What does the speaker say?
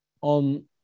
on